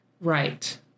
Right